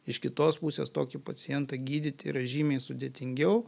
iš kitos pusės tokį pacientą gydyt yra žymiai sudėtingiau